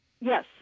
Yes